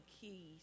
keys